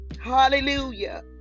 Hallelujah